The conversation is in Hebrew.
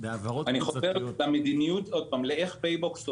אני מדבר על המדיניות של איך "פייבוקס"